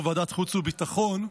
יו"ר ועדת החוץ והביטחון,